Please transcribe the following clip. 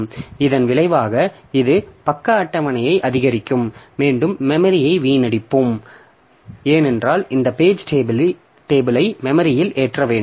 எனவே இதன் விளைவாக இது பக்க அட்டவணையை அதிகரிக்கும் மீண்டும் மெமரியை வீணடிப்போம் ஏனென்றால் இந்த பேஜ் டேபிளை மெமரியில் ஏற்ற வேண்டும்